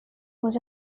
was